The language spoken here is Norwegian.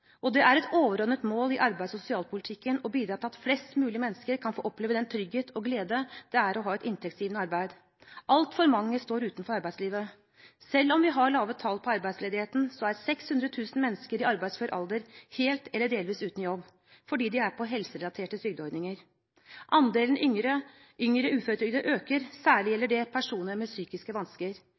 og det er et overordnet mål i arbeids- og sosialpolitikken å bidra til at flest mulig mennesker kan få oppleve den trygghet og glede det er å ha et inntektsgivende arbeid. Altfor mange står utenfor arbeidslivet. Selv om vi har lave arbeidsledighetstall, er 600 000 mennesker i arbeidsfør alder helt eller delvis uten jobb, fordi de er på helserelaterte trygdeordninger. Andelen yngre uføretrygdede øker, særlig gjelder det personer med psykiske vansker.